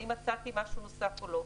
האם מצאתי משהו נוסף או לא.